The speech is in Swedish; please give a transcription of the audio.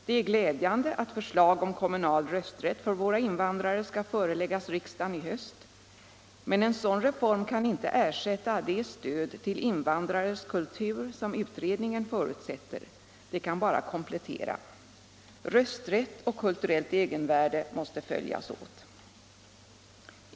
Det är glädjande att förslag om kommunal rösträtt för våra invandrare skall föreläggas riksdagen i höst, men en sådan reform kan inte ersätta det stöd till invandrares kultur, som utredningen förutsätter, det kan bara komplettera. Rösträtt och kulturellt egenvärde måste följas åt.